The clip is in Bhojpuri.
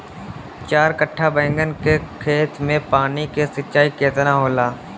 चार कट्ठा बैंगन के खेत में पानी के सिंचाई केतना होला?